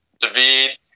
David